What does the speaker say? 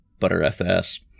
ButterFS